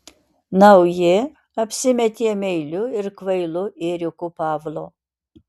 nauji apsimetė meiliu ir kvailu ėriuku pavlo